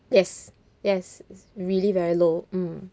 yes yes really very low mm